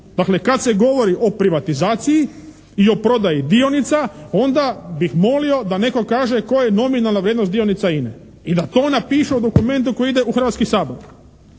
Dakle, kad se govori o privatizaciji i o prodaji dionica onda bih molio da netko kaže koja je nominalna vrijednost dionica INA-e i da to napiše u dokumentu koji ide u Hrvatski sabor.